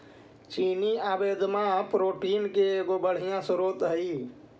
चिनिआबेदाम protein के एगो बढ़ियाँ स्रोत हई